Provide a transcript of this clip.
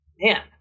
Man